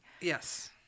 Yes